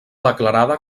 declarada